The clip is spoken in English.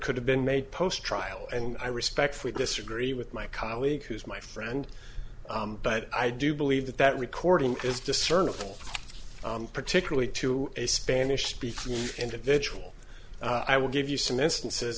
could have been made post trial and i respectfully disagree with my colleague who is my friend but i do believe that that recording is discernable particularly to a spanish speaking individual i will give you some instances